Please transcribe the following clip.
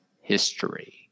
history